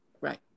right